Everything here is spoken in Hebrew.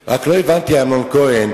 רק לא הבנתי, חבר הכנסת אמנון כהן,